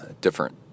different